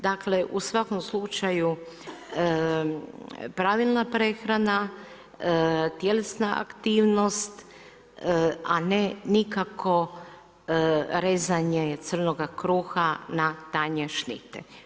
Dakle u svakom slučaju pravilna prehrana, tjelesna aktivnost a ne nikako rezanje crnoga kruha na tanje šnite.